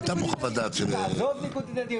הייתה פה חוות דעת של לא ניגוד עניינים,